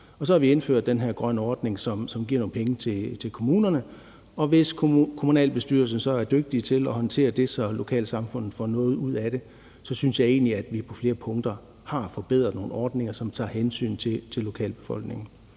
Så har vi indført den her grønne ordning, som giver nogle penge til kommunerne, og hvis kommunalbestyrelsen så er dygtig til at håndtere det, så lokalsamfundet får noget ud af det, synes jeg egentlig, at vi på flere punkter har forbedret nogle ordninger, så de tager hensyn til lokalbefolkningen.